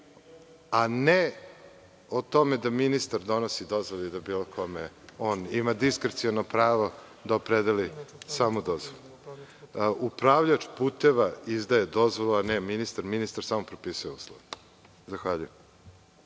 a ne o tome da ministar donosi dozvole i da bilo kome on ima diskreciono pravo da opredeli samo dozvolu. Upravljač puteva izdaje dozvole, a ne ministar, ministar samo propisuje uslove. Zahvaljujem.